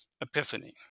Epiphany